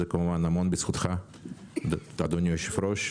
זה המון בזכותך אדוני היושב-ראש.